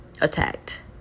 attacked